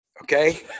okay